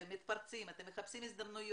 אתם מתפרצים ואתם מחפשים הזדמנויות.